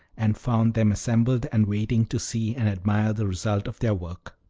and found them assembled and waiting to see and admire the result of their work.